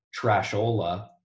trashola